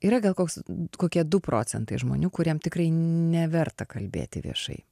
yra gal koks kokie du procentai žmonių kuriem tikrai neverta kalbėti viešai